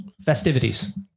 festivities